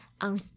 on